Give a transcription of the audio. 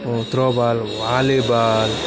throw throw ball volley ball